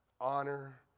honor